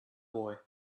boy